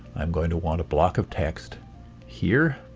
i'm going to want a block of text here.